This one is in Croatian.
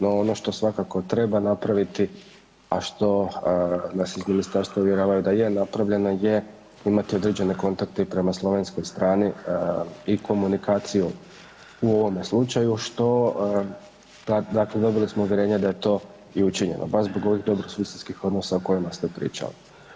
No ono što svakako treba napraviti, a što nas iz ministarstva uvjeravaju da je napravljeno je imati određene kontakte i prema slovenskoj strani i komunikaciju u ovome slučaju što, dakle dobili smo uvjerenje da je to i učinjeno baš zbog ovih dobrosusjedskih odnosa o kojima ste pričali.